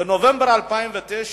בנובמבר 2009,